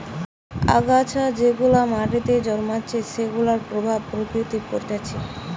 আগাছা যেগুলা মাটিতে জন্মাইছে সেগুলার প্রভাব প্রকৃতিতে পরতিছে